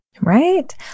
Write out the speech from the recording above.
Right